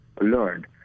learned